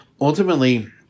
Ultimately